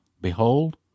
Behold